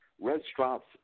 restaurants